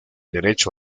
derecho